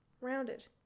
rounded